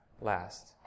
last